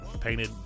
painted